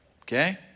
Okay